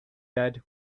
bed